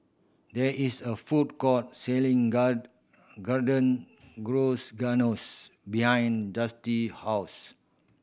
there is a food court selling God Garden behind Justyn house